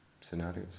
scenarios